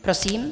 Prosím.